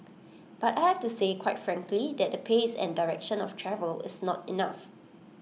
but I have to say quite frankly that the pace and direction of travel is not enough